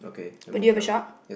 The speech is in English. but do you have a shark